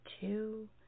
two